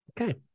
okay